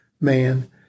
man